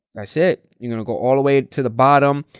that's it. you're going to go all the way to the bottom.